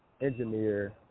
engineer